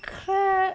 heck